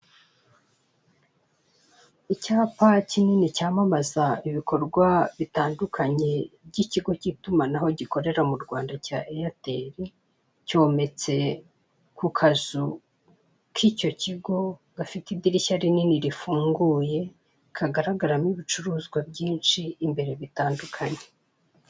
Icyapa kinini cyamamaza ibikorwa bitandukanye by'ikigo cy'itumanaho gikorera mu Rwanda cya eyateri, cyometse ku kazu k'icyo kigo, gafite idirishya rinini rifunguye kagaragaramo ibicuruzwa byinshi imbere bitandukanye.